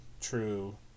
true